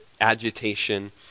agitation